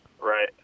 Right